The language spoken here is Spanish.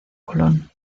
colón